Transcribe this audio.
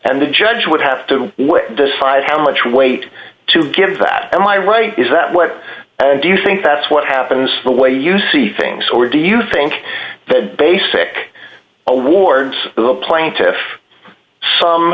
the judge would have to decide how much weight to give that am i right is that what do you think that's what happens the way you see things or do you think that basic awards the plaintiff some